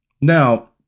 Now